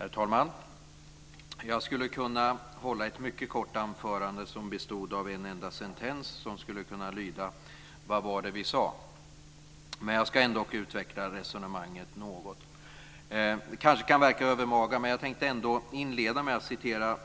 Herr talman! Jag skulle kunna hålla ett mycket kort anförande som bestod av en enda sentens som skulle kunna lyda: Vad var det vi sade? Jag ska dock utveckla resonemanget något. Det kanske kan verka övermaga, men jag tänkte inleda med att citera